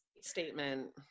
statement